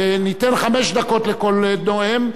ניתן חמש דקות לכל נואם,